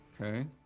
okay